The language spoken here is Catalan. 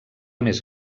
més